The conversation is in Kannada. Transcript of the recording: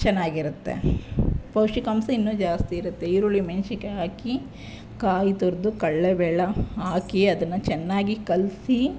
ಚೆನಾಗಿರುತ್ತೆ ಪೌಷ್ಟಿಕಾಂಶ ಇನ್ನೂ ಜಾಸ್ತಿ ಇರುತ್ತೆ ಈರುಳ್ಳಿ ಮೆಣಸಿನ್ಕಾಯಿ ಹಾಕಿ ಕಾಯಿ ತುರಿದು ಕಡಲೆ ಬೇಳೆ ಹಾಕಿ ಅದನ್ನು ಚೆನ್ನಾಗಿ ಕಲಿಸಿ